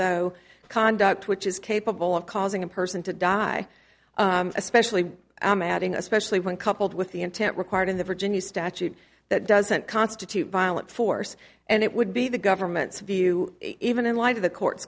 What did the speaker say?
though conduct which is capable of causing a person to die especially madding especially when coupled with the intent required in the virginia statute that doesn't constitute violent force and it would be the government's view even in light of the court